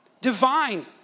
divine